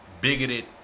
bigoted